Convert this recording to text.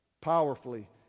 powerfully